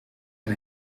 een